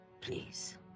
Please